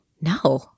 no